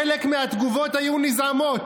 חלק מהתגובות היו נזעמות.